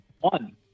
one